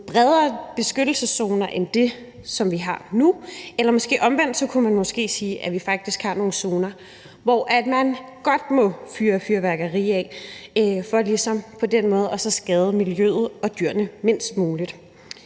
bredere beskyttelseszoner end dem, som vi har nu, eller omvendt kunne man måske sige, at vi faktisk har nogle zoner, hvor man godt må fyre fyrværkeri af, for ligesom på den måde at skade miljøet og dyrene mindst muligt.